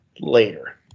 later